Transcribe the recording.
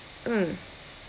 mm